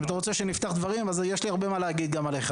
אם אתה רוצה שנפתח דברים אז יש לי הרבה מה להגיד עליכם.